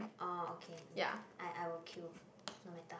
orh okay I I will queue no matter how